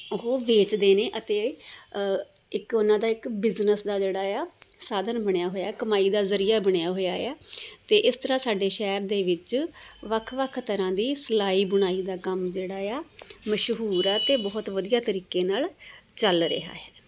ਉਹ ਵੇਚਦੇ ਨੇ ਅਤੇ ਇੱਕ ਉਹਨਾਂ ਦਾ ਇੱਕ ਬਿਜ਼ਨਸ ਦਾ ਜਿਹੜਾ ਆ ਸਾਧਨ ਬਣਿਆ ਹੋਇਆ ਕਮਾਈ ਦਾ ਜ਼ਰੀਆ ਬਣਿਆ ਹੋਇਆ ਆ ਅਤੇ ਇਸ ਤਰ੍ਹਾਂ ਸਾਡੇ ਸ਼ਹਿਰ ਦੇ ਵਿੱਚ ਵੱਖ ਵੱਖ ਤਰ੍ਹਾਂ ਦੀ ਸਲਾਈ ਬੁਣਾਈ ਦਾ ਕੰਮ ਜਿਹੜਾ ਆ ਮਸ਼ਹੂਰ ਆ ਅਤੇ ਬਹੁਤ ਵਧੀਆ ਤਰੀਕੇ ਨਾਲ ਚੱਲ ਰਿਹਾ ਹੈ